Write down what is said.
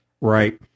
right